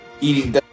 eating